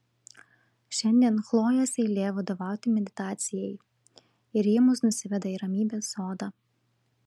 šiandien chlojės eilė vadovauti meditacijai ir ji mus nusiveda į ramybės sodą